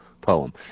poem